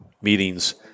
meetings